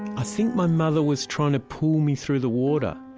i think my mother was trying to pull me through the water,